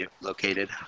located